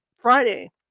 Friday